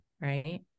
Right